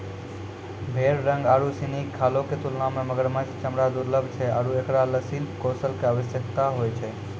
भेड़ रंग आरु सिनी खालो क तुलना म मगरमच्छ चमड़ा दुर्लभ छै आरु एकरा ल शिल्प कौशल कॅ आवश्यकता होय छै